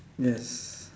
yes